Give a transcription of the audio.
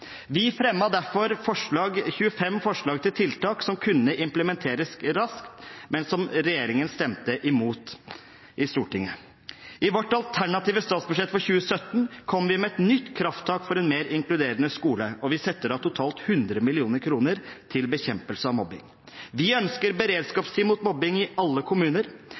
Vi fremmet derfor 25 forslag til tiltak som kunne implementeres raskt, men som regjeringspartiene stemte imot i Stortinget. I vårt alternative statsbudsjett for 2017 kom vi med et nytt krafttak for en mer inkluderende skole, og vi setter av totalt 100 mill. kr til bekjempelse av mobbing. Vi ønsker beredskapsteam mot mobbing i alle kommuner.